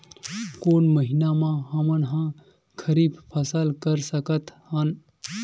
कोन महिना म हमन ह खरीफ फसल कर सकत हन?